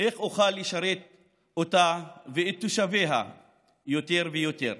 איך אוכל לשרת אותה ואת תושביה יותר ויותר.